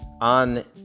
on